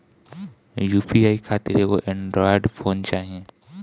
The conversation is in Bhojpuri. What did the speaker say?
यू.पी.आई खातिर एगो एड्रायड फोन चाही